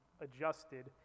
adjusted